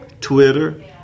Twitter